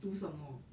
读什么